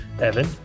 Evan